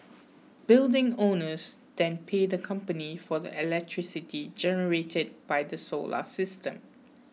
building owners then pay the company for the electricity generated by the solar system